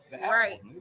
right